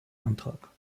antrag